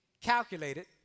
calculated